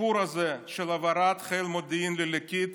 הסיפור הזה של העברת חיל מודיעין לליקית